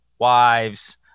wives